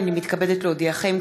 הנני מתכבד להודיעכם,